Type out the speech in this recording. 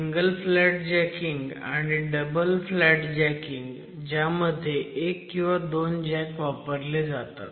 single flat jacking आणि double flat jacking ज्यामध्ये एक किंवा दोन जॅक वापरले जातात